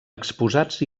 exposats